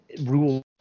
rules